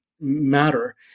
matter